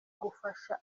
gufasha